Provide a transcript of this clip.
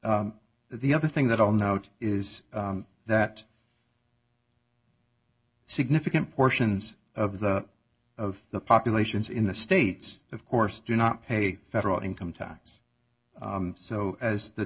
that the other thing that i'll note is that significant portions of the of the populations in the states of course do not pay federal income tax so as the